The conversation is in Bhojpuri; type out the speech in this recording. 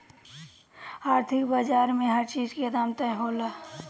आर्थिक बाजार में हर चीज के दाम तय होला